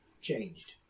changed